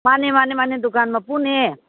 ꯃꯥꯟꯅꯦ ꯃꯥꯟꯅꯦ ꯃꯥꯟꯅꯦ ꯗꯨꯀꯥꯟ ꯃꯄꯨꯅꯦ